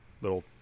little